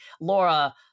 Laura